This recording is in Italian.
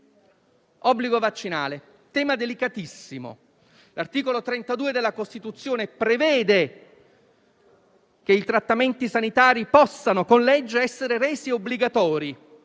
L'obbligo vaccinale è un tema delicatissimo. L'articolo 32 della Costituzione prevede che i trattamenti sanitari possano, con legge, essere resi obbligatori,